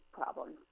problems